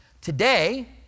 Today